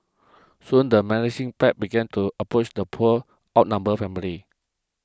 soon the menacing pack began to approach the poor outnumbered family